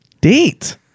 Date